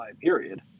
period